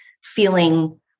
feeling